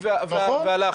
הגירוי והלחץ.